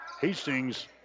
Hastings